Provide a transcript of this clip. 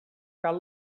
cal